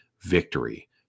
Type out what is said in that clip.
victory